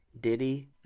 Diddy